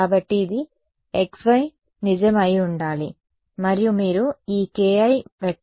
కాబట్టి ఇది xy నిజం అయి ఉండాలి మరియు మీరు ఈ ki